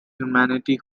humanity